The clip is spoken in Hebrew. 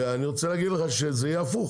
אני רוצה להגיד לך שזה יהיה הפוך